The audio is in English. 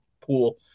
pool